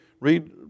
read